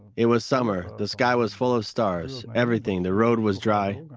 it was summer, the sky was full of stars everything, the road was dry.